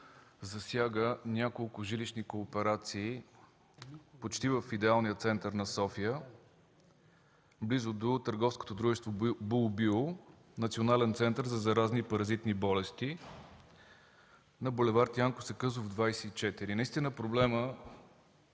засяга няколко жилищни кооперации почти в идеалния център на София, близо до Търговското дружество „Булбио” – Национален център за заразни и паразитни болести на бул. „Янко Сакъзов” 24. Проблемът